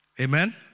Amen